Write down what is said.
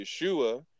Yeshua